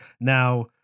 Now